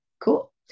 cool